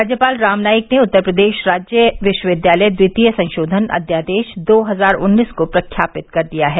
राज्यपाल राम नाईक ने उत्तर प्रदेश राज्य विश्वविद्यालय द्वितीय संशोधन अध्यादेश दो हज़ार उन्नीस को प्रख्यापित कर दिया है